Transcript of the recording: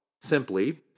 Simply